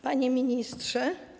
Panie Ministrze!